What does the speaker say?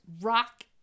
Rock